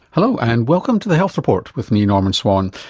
hello and welcome to the health report with me norman swan.